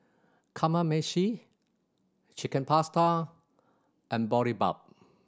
Kamameshi Chicken Pasta and Boribap